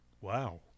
Wow